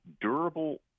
durable